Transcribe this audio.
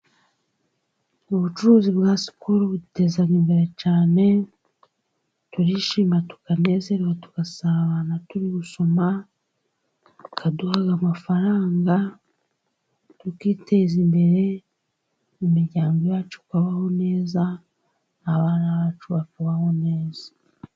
Ubucuruzi bwa sikolo buduteza imbere cyane, turishima tukanezererwa tugasabana turi gusoma, bukaduha amafaranga tukiteza imbere imiryango yacu kubaho neza abana bacu bakabaho neza.